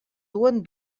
duen